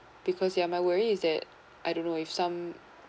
because ya my worry is that I don't know if some